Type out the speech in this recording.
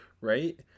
right